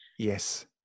Yes